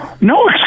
No